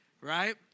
Right